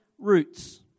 Roots